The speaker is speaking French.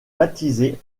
baptisé